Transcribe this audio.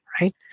right